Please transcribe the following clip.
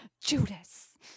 Judas